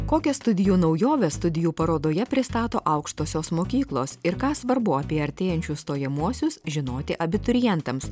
kokias studijų naujoves studijų parodoje pristato aukštosios mokyklos ir ką svarbu apie artėjančius stojamuosius žinoti abiturientams